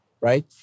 right